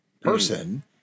person